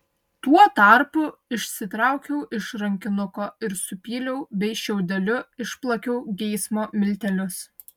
tuo tarpu išsitraukiau iš rankinuko ir supyliau bei šiaudeliu išplakiau geismo miltelius